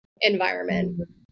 environment